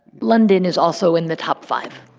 london is also in the top five.